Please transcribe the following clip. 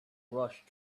rushed